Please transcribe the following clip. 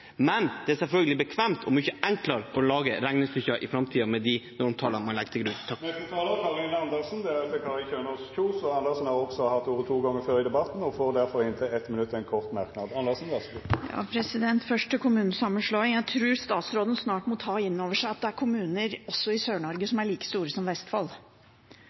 Men det er selvfølgelig bekvemt og mye enklere å lage regnestykker for framtiden med de normtallene man legger til grunn. Representanten Karin Andersen har hatt ordet to gonger tidlegare og får ordet til ein kort merknad, avgrensa til 1 minutt. Først til temaet kommunesammenslåing: Jeg tror statsråden snart må ta inn over seg at det er kommuner også i Sør-Norge som er like store som Vestfold.